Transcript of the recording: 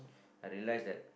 I realize that